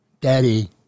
daddy